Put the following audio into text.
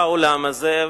באולם הזה,